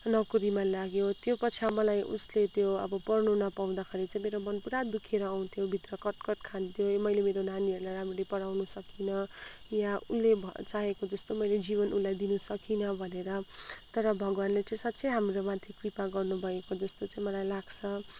नोकरीमा लाग्यो त्यसपछि मलाई उसले त्यो अब पढ्नु नपाउँदाखेरि चाहिँ मेरो मन पुरा दुखेर आउँथ्यो भित्र कट्कट् खान्थ्यो मैले मेरो नानीहरूलाई राम्ररी पढाउन सकिनँ या उसले चाहेको जस्तो मैले जीवन उसलाई दिन सकिनँ भनेर तर भगवान्ले चाहिँ साँच्चै हाम्रोमाथि कृपा गर्नु भएको जस्तो चाहिँ मलाई लाग्छ